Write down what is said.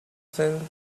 sent